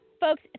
Folks